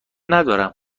ندارم